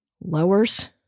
Lowers